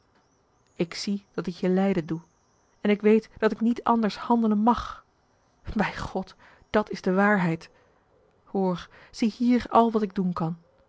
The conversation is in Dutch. ik zie dat ik je lijden doe en ik weet dat ik niet anders handelen mag bij god dat is de waarheid hoor ziehier al wat ik doen kan